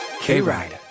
K-Ride